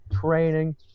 training